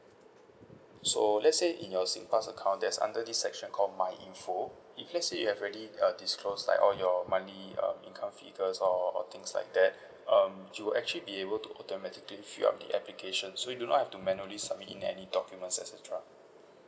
so let's say in your singpass account there's under this section called my info if let's say you have already uh disclose like all your monthly uh income figures or or things like that um you actually be able to automatically fill up the application so you do not have to manually submit in any documents et cetera